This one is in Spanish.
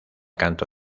canto